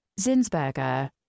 Zinsberger